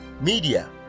media